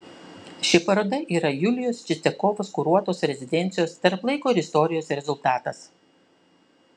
ši paroda yra julijos čistiakovos kuruotos rezidencijos tarp laiko ir istorijos rezultatas